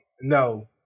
No